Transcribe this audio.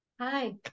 Hi